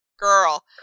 girl